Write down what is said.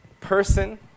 person